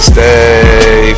Stay